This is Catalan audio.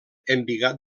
embigat